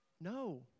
No